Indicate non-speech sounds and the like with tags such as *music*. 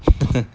*laughs*